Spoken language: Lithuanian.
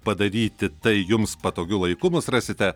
padaryti tai jums patogiu laiku mus rasite